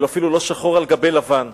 ואפילו לא שחור על גבי לבן.